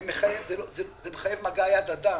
זה מחייב מגע יד אדם,